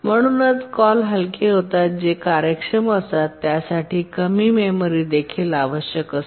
म्हणून कॉल हलके होतात जे कार्यक्षम असतात आणि त्यासाठी कमी मेमरी देखील आवश्यक असते